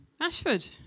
Ashford